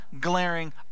glaring